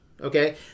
Okay